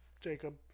Jacob